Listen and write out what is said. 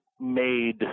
made